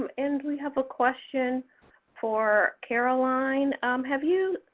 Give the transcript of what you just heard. and and we have a question for caroline have you,